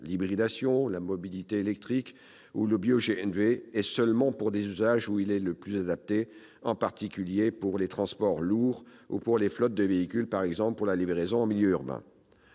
l'hybridation, la mobilité électrique et le bioGNV, et seulement pour les usages où il est le plus adapté, en particulier pour les transports lourds ou pour les flottes de véhicules, par exemple pour la livraison en milieu urbain.